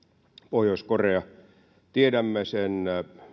pohjois koreasta tiedämme sen